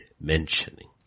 mentioning